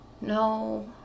No